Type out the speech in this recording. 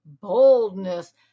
Boldness